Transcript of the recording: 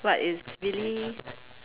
but it's really